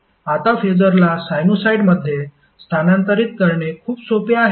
आता फेसरला साइनुसॉईडमध्ये स्थानांतरित करणे खूप सोपे आहे